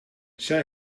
zij